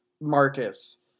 Marcus